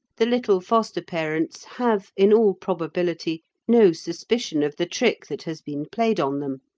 the little foster-parents have in all probability no suspicion of the trick that has been played on them.